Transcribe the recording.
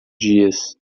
dias